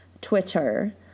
Twitter